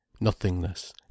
nothingness